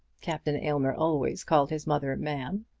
captain aylmer always called his mother ma'am.